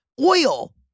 oil